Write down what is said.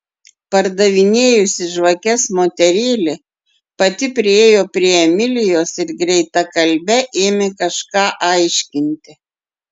pardavinėjusi žvakes moterėlė pati priėjo prie emilijos ir greitakalbe ėmė kažką aiškinti